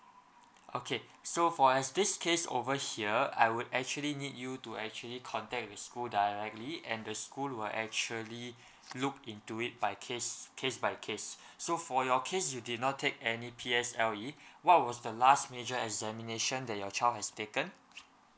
okay so for as this case over here I would actually need you to actually contact the school directly and the school will actually look into it by case case by case so for your case you did not take any P_S_L_E what was the last major examination that your child has taken